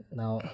now